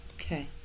Okay